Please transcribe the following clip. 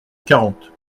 quarante